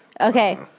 okay